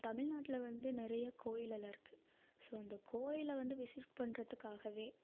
தமிழ்நாட்டில் வந்து நிறையா கோயிலெல்லாம் இருக்குது ஸோ அந்த கோயிலை வந்து விசிட் பண்ணுறதுக்காகவே